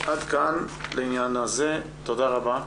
תודה רבה.